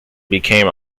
became